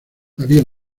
había